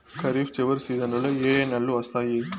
ఖరీఫ్ చివరి సీజన్లలో ఏ ఏ నెలలు వస్తాయి